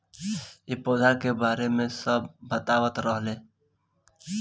इ पौधा के बारे मे सब बतावत रहले